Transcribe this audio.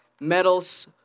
medals